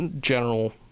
General